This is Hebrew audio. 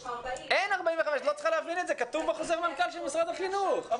יש לך 40. אין 45. זה כתוב בחוזר מנכ"ל של משרד החינוך.